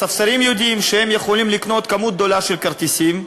הספסרים יודעים שהם יכולים לקנות כמות גדולה של כרטיסים,